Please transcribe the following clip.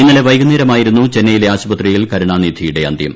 ഇന്നലെ വൈകുന്നേരമായിരുന്നു ചെന്നൈയിലെ ആശുപത്രിയിൽ കരുണാനിധിയുടെ അന്ത്യം